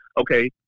okay